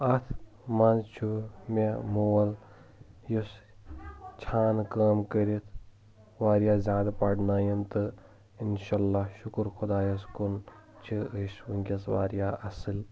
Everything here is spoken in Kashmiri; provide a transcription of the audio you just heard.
اتھ منٛز چھُ مےٚ مول یُس چھانہٕ کٲم کٔرتھ واریاہ زیادٕ پرنٲیِن تہٕ انشا اللہ شُکر خۄدایس کُن چھِ أسۍ ؤنکیٚس واریاہ اصٕلۍ